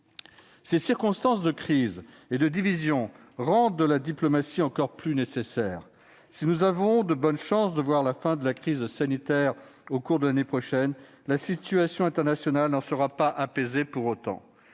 Ces circonstances de crise et de division rendent la diplomatie encore plus nécessaire. Si nous avons de bonnes chances d'en voir la fin au cours de l'année à venir, la situation internationale n'en sera pas pour autant